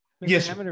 Yes